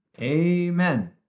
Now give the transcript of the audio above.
Amen